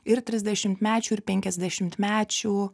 ir trisdešimtmečių ir penkiasdešimtmečių